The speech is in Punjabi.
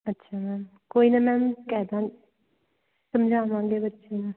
ਅੱਛਾ ਮੈਮ ਕੋਈ ਨਾ ਮੈਮ ਕਹਿ ਦਾ ਸਮਝਾਵਾਂਗੇ ਬੱਚੇ ਨੂੰ